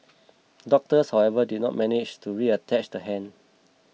doctors however did not manage to reattach the hand